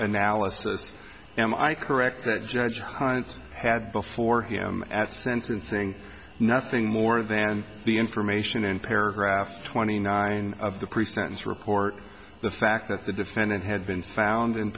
analysis am i correct that judge hines had before him at sentencing nothing more than the information in paragraph twenty nine of the pre sentence report the fact that the defendant had been found in